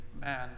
man